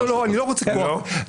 המחוקקת,